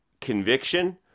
conviction